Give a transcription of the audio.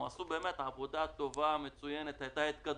באמת עשו עבודה מצוינת, הייתה התקדמות,